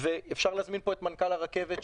ואפשר להזמין לפה את מנכ"ל הרכבת,